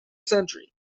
century